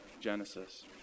Genesis